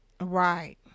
Right